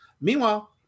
meanwhile